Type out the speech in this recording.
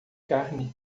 carne